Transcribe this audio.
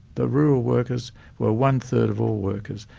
the rural workers were one-third of all workers.